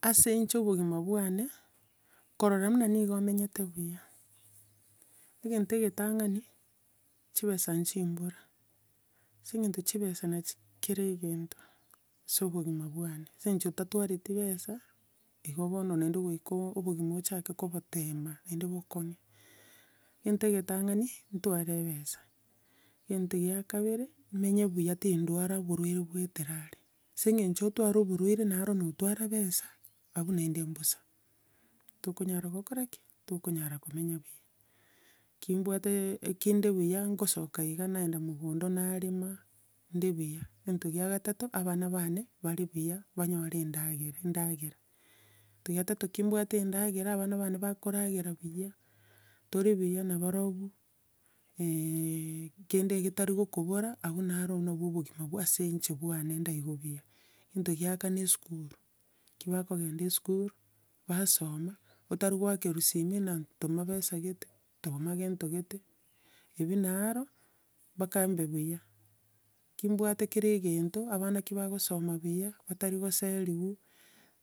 ase inche obogima bwane, korora buna nigo nimenyete buya, egento egetang'ani, chibesa nchimbora, ase eng'encho chibesa nachio kera egento, ase obogima bwane, ase eng'encho ntatwareti besa, igo bono naende goika obogima ochake kobotema, naende bokong'e. Egento egetang'ani, ntware ebesa, egento kia kabere, nimenye buya tindwara oborwaire boetere are ase eng'encho ntware oborwaire, naro notwara besa, abwo naende mbosa. Tokonyara gokora ki? Tokonyara komenya buya. Ki nibwate, ki nde buya ngosoka iga nagenda mogondo narema, ninde buya. Egento kia gatato, abana bane, bare buya banyore endagera, endagera. Egento kia gatato ki nibwate endagera abana bane bakoragera buya, tore buya na barobwo, kende getari kokobora, abwo naro nabwo obogima bwa ase nche bwane ndaigwa buya. Egento kia kane esukuru, eki bakogenda esukuru, basoma, otari goakerwa simi buna toma besa gete, toma gento gete, ebio naaro mpaka mbe buya. Ki nibwate kera egento, abana ki bagosoma buya, batari goseriwa,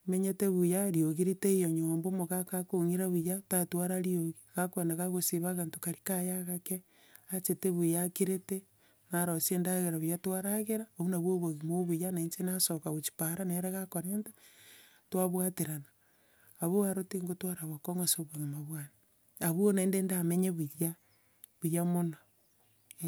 nimenyete buya, riogi ritaiyo nyomba omogaka akong'ira buya, tatwara riogi, gakogenda kagosiba aganto kari kaye agake, achete buya akirete, narosia endagera buya twaragera, obwa nabwo obogima obuya, na inche nasoka gochia para, nere gakorenta, twabwaterana. Abwo aro tingotwara bokong'u ase obogima bwane. Abwo naende ndamenye buya buya mono, eh.